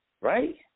Right